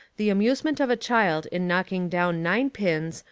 the amusement of a child in knocking down nine pins,